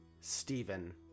Stephen